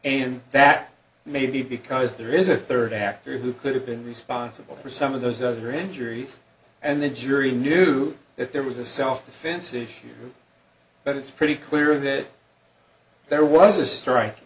and that maybe because there is a third actor who could have been responsible for some of those other injuries and the jury knew that there was a self defense issue but it's pretty clear that there was a strike